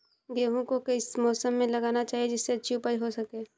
गेहूँ को किस मौसम में लगाना चाहिए जिससे अच्छी उपज हो सके?